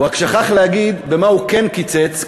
הוא רק שכח להגיד במה הוא כן קיצץ,